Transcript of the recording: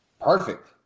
perfect